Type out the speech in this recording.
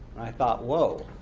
i thought, whoa.